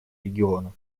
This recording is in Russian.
региона